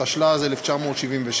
התשל"ז 1977: